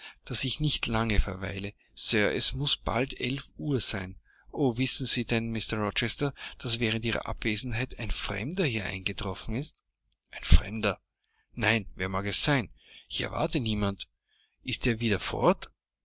daß ich nicht lange verweile sir es muß bald elf uhr sein o wissen sie denn mr rochester daß während ihrer abwesenheit ein fremder hier eingetroffen ist ein fremder nein wer mag es sein ich erwartete niemanden ist er wieder fort